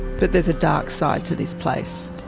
but there's a dark side to this place.